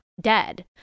dead